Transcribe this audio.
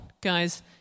guys